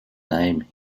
name